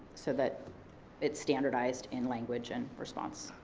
so that it's standardized in language and response.